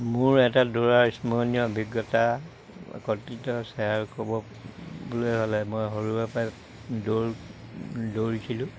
মোৰ এটা দৌৰাৰ স্মৰণীয় অভিজ্ঞতা হ'লে মই সৰুৰে পৰাই দৌৰ দৌৰিছিলোঁ